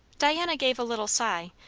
diana gave a little sigh,